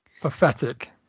Pathetic